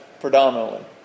predominantly